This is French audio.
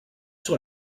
sur